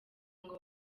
ngo